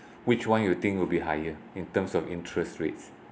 which one you think will be higher in terms of interest rates